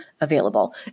available